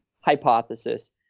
hypothesis